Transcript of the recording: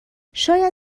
شاید